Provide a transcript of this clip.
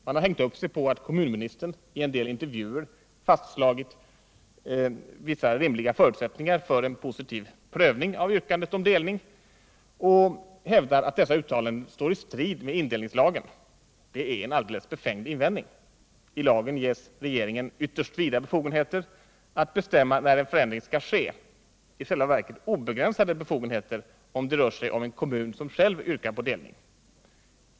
Man har hängt upp sig på att kommunministern i en del intervjuer fastslagit vissa rimliga förutsättningar för en positiv prövning av yrkanden om delning, och hävdar att dessa uttalanden står i strid med indelningslagen. Det är en alldeles befängd invändning. I lagen ges regeringen ytterst vida befogenheter att bestämma när en förändring skall ske — i själva verket obegränsade befogenheter, om det rör sig om en kommun som själv yrkar på delning.